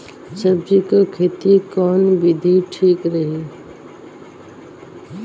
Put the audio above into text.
सब्जी क खेती कऊन विधि ठीक रही?